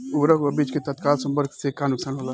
उर्वरक व बीज के तत्काल संपर्क से का नुकसान होला?